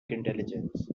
intelligence